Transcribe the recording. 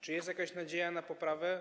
Czy jest jakaś nadzieja na poprawę?